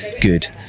good